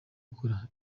akora